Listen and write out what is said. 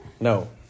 No